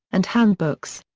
and handbooks.